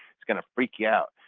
it's going to freak you out.